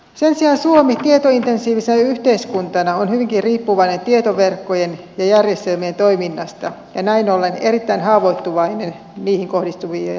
sen sijaan suomi tietointensiivisenä yhteiskuntana on hyvinkin riippuvainen tietoverkkojen ja järjestelmien toiminnasta ja näin ollen erittäin haavoittuvainen niihin kohdistuville häiriöille